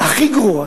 הכי גרועות,